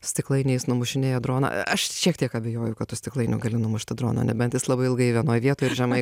stiklainiais numušinėja droną aš šiek tiek abejoju kad tu stiklainiu gali numušti droną nebent jis labai ilgai vienoj vietoj ir žemai